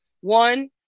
One